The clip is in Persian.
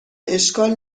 اشکال